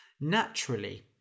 Naturally